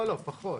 לא, פחות.